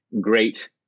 great